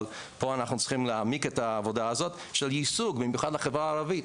פה אנחנו צריכים להעמיק את העבודה הזאת של יישוג במיוחד לחברה הערבית,